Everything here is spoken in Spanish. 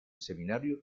seminario